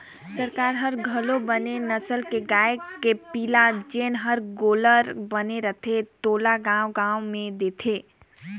सरकार हर घलो बने नसल के गाय के पिला जेन हर गोल्लर बने रथे तेला गाँव गाँव में देथे